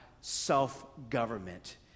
self-government